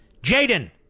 Jaden